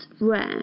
rare